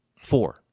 four